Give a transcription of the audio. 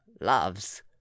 loves